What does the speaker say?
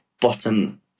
bottom